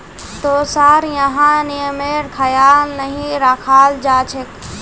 तोसार यहाँ नियमेर ख्याल नहीं रखाल जा छेक